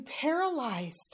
paralyzed